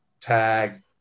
tag